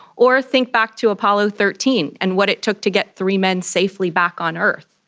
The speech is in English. or think back to apollo thirteen and what it took to get three men safely back on earth,